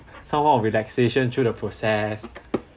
some form of relaxation through the process